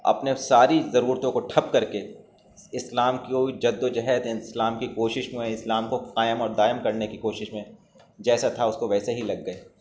اپنے ساری ضرورتوں کو ٹھپ کر کے اسلام کی وہ جد و جہد اسلام کی کوشش میں اسلام کو قائم اور دائم کرنے کی کوشش میں جیسا تھا اس کو ویسے ہی لگ گئے